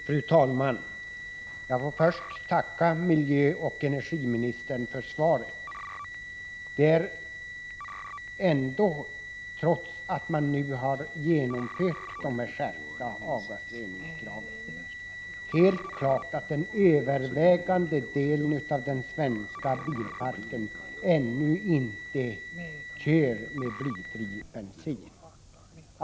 Fru talman! Jag får först tacka miljöoch energiministern för svaret. Trots att man nu har infört skärpta krav på avgasrening är det helt klart att den övervägande delen av fordonen i den svenska bilparken ännu inte kör med blyfri bensin.